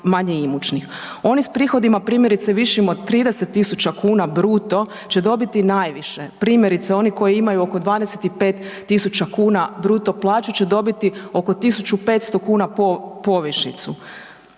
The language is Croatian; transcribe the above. Oni s prihodima primjerice višim od 30 000 kn bruto će dobiti najviše, primjerice oni koji imaju oko 25 000 kn bruto plaću će dobiti oko 1500 povišicu.